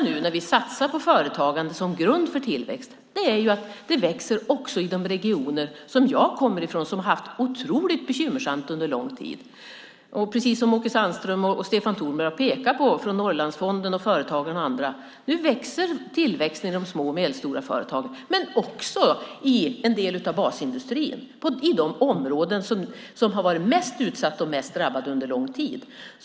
Nu när vi satsar på företagande som grund för tillväxt växer det också i de regioner som jag kommer ifrån som har haft det otroligt bekymmersamt under lång tid. Åke Sandström och Stefan Tornberg har pekat på Norrlandsfonden, Företagarna och andra. Nu ökar tillväxten i de små och medelstora företagen men också i en del av basindustrin i de områden som har varit mest utsatta och mest drabbade under lång tid.